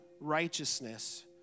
righteousness